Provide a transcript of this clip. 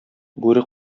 бүре